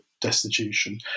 destitution